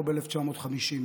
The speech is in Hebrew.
לא ב-1950,